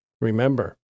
Remember